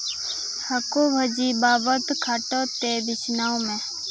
ᱦᱟᱹᱠᱩ ᱵᱷᱟᱹᱡᱤ ᱵᱟᱵᱚᱫ ᱠᱷᱟᱴᱚ ᱛᱮ ᱵᱤᱪᱷᱱᱟᱹᱣ ᱢᱮ